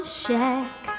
shack